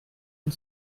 une